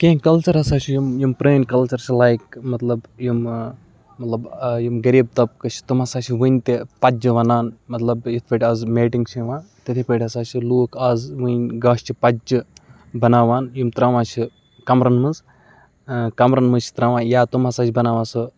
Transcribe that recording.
کینٛہہ کَلچَر ہَسا چھِ یِم یِم پرٛٲنۍ کلچر چھِ لایک مطلب یِم مطلب یِم غریٖب طبقہٕ چھِ تِم ہَسا چھِ وُنہِ تہِ پَتجہِ وونان مطلب یِتھ پٲٹھۍ اَز میٹِنٛگ چھِ یِوان تِتھٕے پٲٹھۍ ہَسا چھِ لُکھ اَز وۄنۍ گاسہٕ چہِ پَتجہِ بَناوان یِم ترٛاوان چھِ کَمرَن منٛز کَمرَن منٛز چھِ ترٛاوان یا تِم ہَسا چھِ بَناوان سُہ